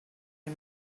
him